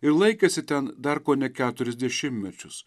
ir laikėsi ten dar kone keturis dešimtmečius